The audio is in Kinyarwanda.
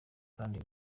kandi